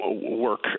work